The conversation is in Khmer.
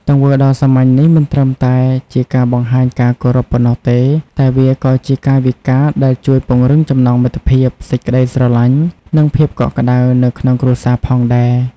ទង្វើដ៏សាមញ្ញនេះមិនត្រឹមតែជាការបង្ហាញការគោរពប៉ុណ្ណោះទេ តែវាក៏ជាកាយវិការដែលជួយពង្រឹងចំណងមិត្តភាព សេចក្ដីស្រឡាញ់ និងភាពកក់ក្ដៅនៅក្នុងគ្រួសារផងដែរ។